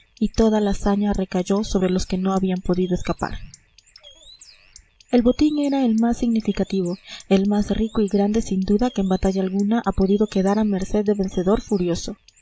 y toda la saña recayó sobre los que no habían podido escapar el botín era el más magnífico el más rico y grande sin duda que en batalla alguna ha podido quedar a merced de vencedor furioso